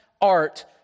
art